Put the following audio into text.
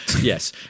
yes